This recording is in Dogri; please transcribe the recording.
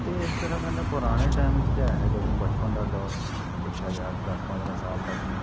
ते इस तरहां कन्नै पुराने टैम च ते ऐ हा जदूं बचपन दा दौर हा दिक्खेआ जा तां दस पंदरां साल तक